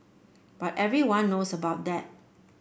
but everyone knows about that